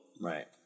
Right